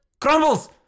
Crumbles